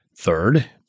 Third